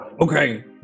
Okay